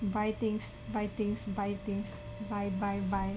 buy things buy things buy things buy buy buy